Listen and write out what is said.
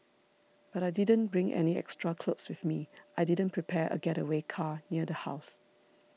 but I didn't bring any extra clothes with me I didn't prepare a getaway car near the house